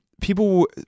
people